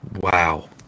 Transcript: Wow